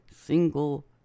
Single